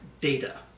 data